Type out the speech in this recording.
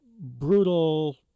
brutal